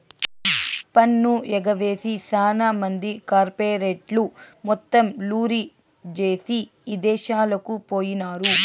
పన్ను ఎగవేసి సాన మంది కార్పెరేట్లు మొత్తం లూరీ జేసీ ఇదేశాలకు పోయినారు